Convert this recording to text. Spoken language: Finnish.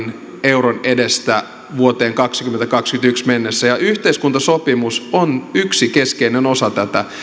euron edestä vuoteen kaksituhattakaksikymmentäyksi mennessä yhteiskuntasopimus on yksi keskeinen osa tätä